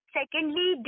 secondly